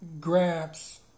grabs